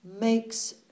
makes